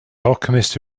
alchemist